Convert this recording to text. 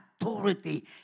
authority